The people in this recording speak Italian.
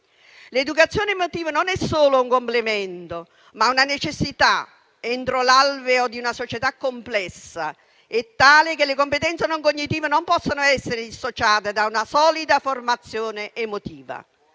L'educazione emotiva non è solo un complemento, ma è anche una necessità entro l'alveo di una società complessa e tale che le competenze non cognitive non possono essere dissociate da una solida formazione emotiva.